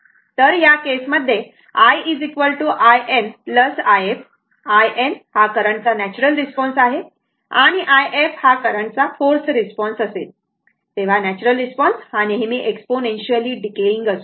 तर या केस मध्ये i in i f in हा करंटचा नॅच्युरल रिस्पॉन्स आहे आणि i f हा करंट चा फोर्स रिस्पॉन्स असेल तेव्हा नॅच्युरल रिस्पॉन्स हा नेहमी एक्सपोनेन्शियली डिकेयिंग असतो